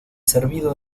servido